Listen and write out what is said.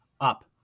up